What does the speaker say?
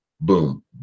boom